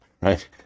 right